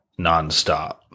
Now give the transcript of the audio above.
nonstop